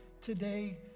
today